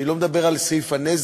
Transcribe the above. אני לא מדבר על סעיף הנזק,